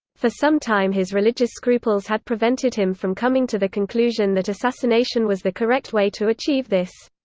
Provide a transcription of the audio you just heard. for some time his religious scruples had prevented him from coming to the conclusion that assassination was the correct way to achieve this.